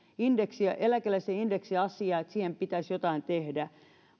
eläkeläisten indeksiasiaa sitä että sille pitäisi jotain tehdä